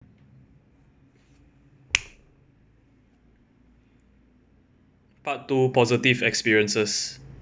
part two positive experiences